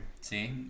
See